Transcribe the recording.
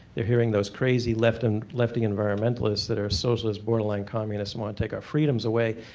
they are hearing those crazy lefty and lefty environmentalist that are socialists borderline communists want to take our freedoms away,